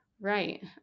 right